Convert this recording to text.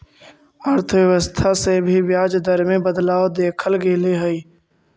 अर्थव्यवस्था से भी ब्याज दर में बदलाव देखल गेले हइ